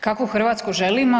Kakvu Hrvatsku želimo?